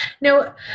Now